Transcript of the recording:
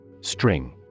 String